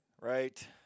right